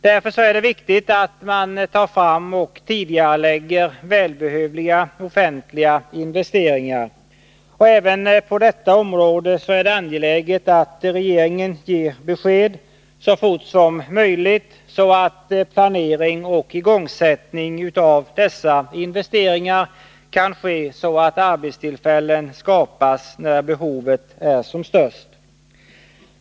Därför är det viktigt att man tar fram och tidigarelägger välbehövliga offentliga investeringar. Och även på detta område är det angeläget att regeringen ger besked så fort som möjligt så att planering och igångsättning beträffande dessa investeringar kan ske så att arbetstillfällen skapas när behovet är som störst.